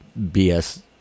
bs